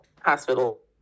hospital